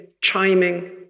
chiming